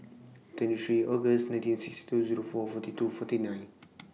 twenty three August nineteen sixty two Zero four forty two forty nine